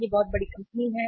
यह बहुत बड़ी कंपनी है